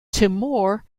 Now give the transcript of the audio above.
timor